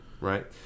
right